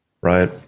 right